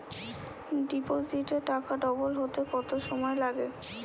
ডিপোজিটে টাকা ডবল হতে কত সময় লাগে?